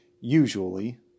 usually